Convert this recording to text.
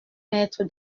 maître